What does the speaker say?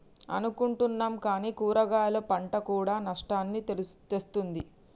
అనుకుంటున్నాం కానీ కూరగాయలు పంట కూడా నష్టాల్ని తెస్తుంది